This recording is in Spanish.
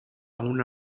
una